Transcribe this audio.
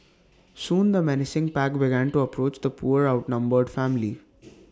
soon the menacing pack began to approach the poor outnumbered family